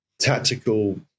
tactical